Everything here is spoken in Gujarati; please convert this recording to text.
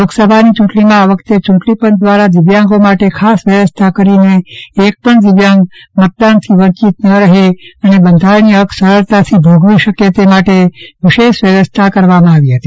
લોકસભાની યૂંટણીમાં આ વખતે યૂંટણી પંચ દ્વારા દિવ્યાંગો માટે ખાસ વ્યવસ્થાઓ કરીને એકપણ દિવ્યાંગ મતદાનથી વંચિત ન રહે અને બંધારણીય હક સરળતાથી ભોગવી શકે તે માટે વિશેષ વ્યવસ્થાઓ કરવામાં આવી હતી